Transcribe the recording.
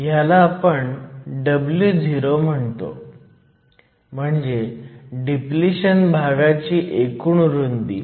ह्याला आपण Wo म्हणतो म्हणजे डिप्लिशन भागाची एकूण रुंदी